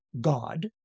God